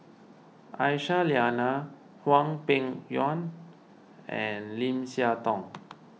Aisyah Lyana Hwang Peng Yuan and Lim Siah Tong